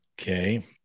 Okay